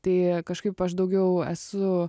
tai kažkaip aš daugiau esu